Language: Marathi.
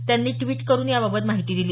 त्यांनी द्विट करून याबाबत माहिती दिली